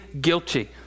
guilty